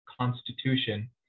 constitution